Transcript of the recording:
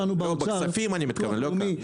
- בכספים אני מדבר, לא כאן.